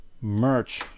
Merch